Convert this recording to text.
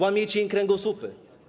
Łamiecie im kręgosłupy.